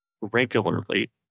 regularly